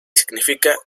significa